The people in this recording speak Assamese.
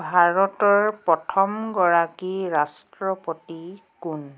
ভাৰতৰ প্ৰথমগৰাকী ৰাষ্ট্ৰপতি কোন